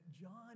John